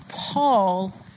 Paul